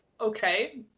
okay